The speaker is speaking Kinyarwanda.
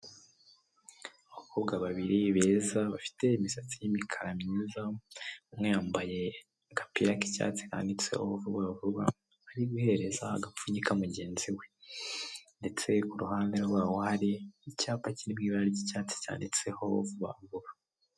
Abakobwa babiri beza bafite imisatsi yi'mikara myiza umwe yambaye agapira k'icyatsi handitseho vuba vuba arimo guhereza agapfunyika mugenzi we ndetse kuhande rwabo hari icyapa kirimo ibara ry'icyatsi cyanditseho vuba vuba .